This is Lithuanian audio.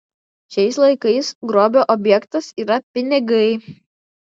šiais laikais grobio objektas yra pinigai